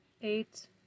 eight